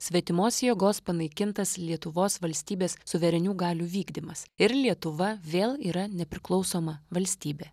svetimos jėgos panaikintas lietuvos valstybės suverenių galių vykdymas ir lietuva vėl yra nepriklausoma valstybė